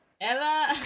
Ella